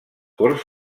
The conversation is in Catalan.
corts